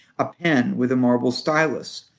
a pen with a marble stylus,